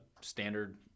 standard